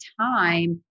time